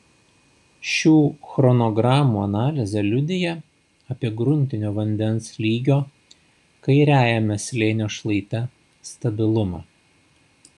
šių chronogramų analizė liudija apie gruntinio vandens lygio kairiajame slėnio šlaite stabilumą